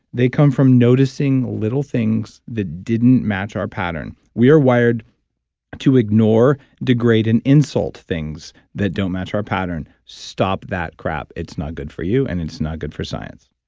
they come from noticing little things that didn't match our pattern. we are wired to ignore, degrade, and insult things that don't match our pattern. stop that crap. it's not good for you and it's not good for science